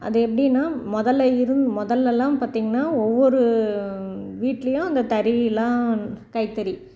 அது எப்படின்னா முதல்ல இருந் முதல்லலாம் பார்த்தீங்கன்னா ஒவ்வொரு வீட்லேயும் அந்த தறியெலாம் கைத்தறி